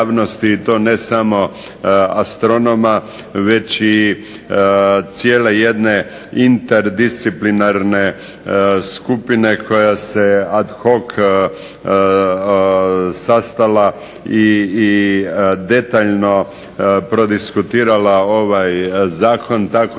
i to ne samo astronoma već i cijele jedne interdisciplinarne skupine koja se ad hoc sastala i detaljno prodiskutirala ovaj zakon tako